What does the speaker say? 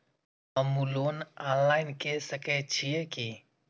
हमू loan online के सके छीये की?